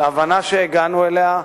על ההבנה שהגענו אליה,